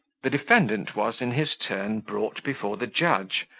the defendant was, in his turn, brought before the judge,